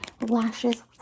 lashes